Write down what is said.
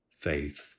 faith